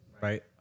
right